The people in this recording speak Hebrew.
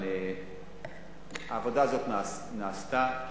העבודה הזאת נעשתה,